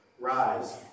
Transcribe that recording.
rise